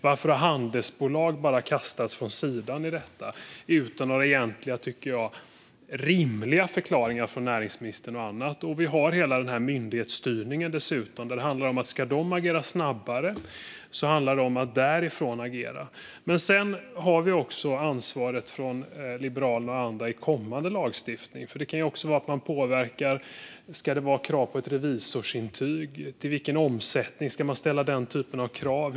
Varför har handelsbolag bara kastats åt sidan utan några rimliga förklaringar från näringsministern? Vi har dessutom hela den här myndighetsstyrningen. Ska man agera snabbare ska det ageras därifrån. Liberalerna och andra har ett ansvar att påverka i kommande lagstiftning. Ska det vara krav på revisorsintyg? För vilken omsättning ska man ställa den typen av krav?